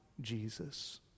Jesus